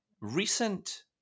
recent